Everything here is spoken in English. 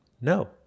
No